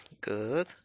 Good